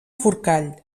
forcall